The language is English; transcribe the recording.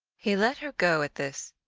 he let her go at this,